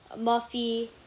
Muffy